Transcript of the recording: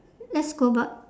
let's go back